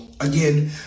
again